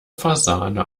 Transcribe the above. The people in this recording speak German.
fasane